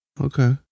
Okay